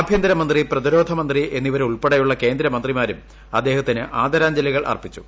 ആഭ്യന്തരമന്ത്രി പ്രതിരോധമന്ത്രി എന്നിവരുൾപ്പെടെയുള്ള കേന്ദ്രമന്ത്രിമാരും അദ്ദേഹത്തിന് ആദരാഞ്ജലികൾ അർപ്പിച്ചു